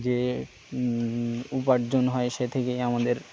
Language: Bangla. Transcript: যে উপার্জন হয় সে থেকেই আমাদের